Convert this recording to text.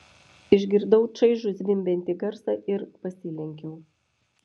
išgirdau šaižų zvimbiantį garsą ir pasilenkiau